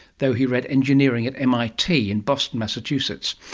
though he read engineering at mit in boston massachusetts.